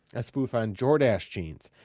a spoof on jordache jeans.